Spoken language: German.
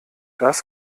das